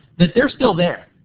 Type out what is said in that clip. that they are still there.